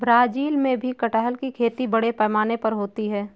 Brazil में भी कटहल की खेती बड़े पैमाने पर होती है